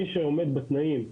מי שעומד בתנאים,